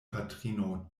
patrino